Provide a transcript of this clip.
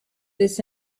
this